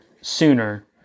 sooner